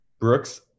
Brooks